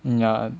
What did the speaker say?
mm ya